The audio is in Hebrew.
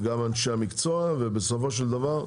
וגם אנשי המקצוע, ובסופו של דבר,